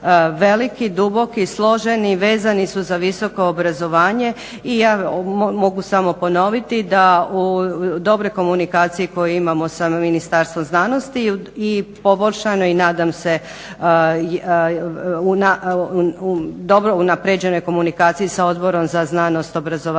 veliki, duboki, složeni i vezani su za visoko obrazovanje i ja mogu samo ponoviti da u dobroj komunikaciji koju imamo sa Ministarstvom znanosti i poboljšanoj i nadam se dobro unaprijeđenoj komunikaciji sa Odborom za znanost, obrazovanje